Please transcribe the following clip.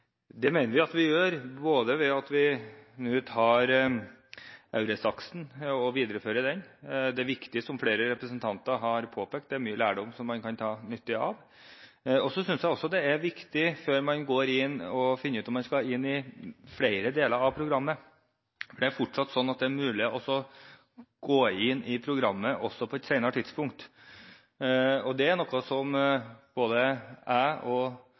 Det mener vi at vi gjør ved at vi nå viderefører EURES-aksen. Det er viktig, som flere representanter har påpekt, det er mye lærdom man kan dra nytte av. Så synes jeg også at det er viktig, før man går inn, å finne ut om man skal inn i flere deler av programmet. Det er fortsatt sånn at det er mulig å gå inn i programmet på et senere tidspunkt. Det er noe som jeg vurderer nøye, men jeg synes også det er viktig å vurdere det opp mot kost–nytte. Hvilke prosjekter og